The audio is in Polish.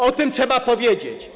O tym trzeba powiedzieć.